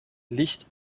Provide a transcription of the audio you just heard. licht